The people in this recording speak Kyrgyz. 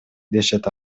дешет